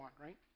right